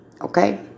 okay